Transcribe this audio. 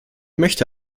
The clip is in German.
möchte